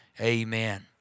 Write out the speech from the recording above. amen